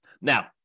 Now